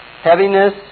Heaviness